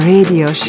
Radio